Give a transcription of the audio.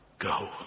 Go